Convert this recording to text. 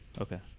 Okay